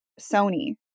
Sony